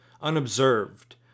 unobserved